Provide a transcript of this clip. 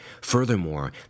Furthermore